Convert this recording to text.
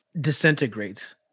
disintegrates